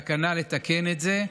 לתקן את זה.